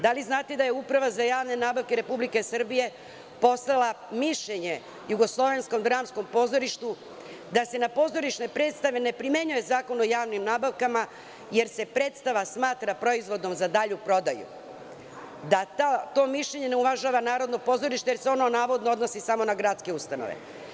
Da li znate da je Uprava za javne nabavke Republike Srbije poslala mišljenje JDP da se na pozorišne predstave ne primenjuje Zakon o javnim nabavkama, jer se predstava smatra proizvodom za dalju prodaju, da to mišljenje ne uvažava Narodno pozorište, jer se ono navodno odnosi samo na gradske ustanove?